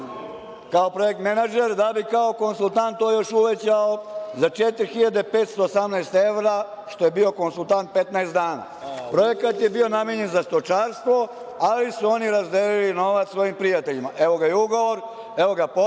kao projekt menadžer, da bi kao konsultant to još uvećao za 4.518 evra, što je bio konsultant 15 dana. Projekat je bio namenjen za stočarstvo, ali su oni razdelili novac svojim prijateljima, evo ga i ugovor, evo ga potpisnik